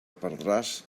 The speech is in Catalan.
perdràs